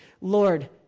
Lord